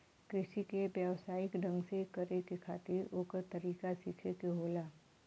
कृषि के व्यवसायिक ढंग से करे खातिर ओकर तरीका सीखे के होला